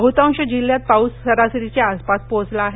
बह्तांश जिल्ह्यांत पाऊस सरासरीच्या आसपास पोहोचला आहे